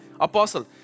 apostle